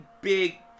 big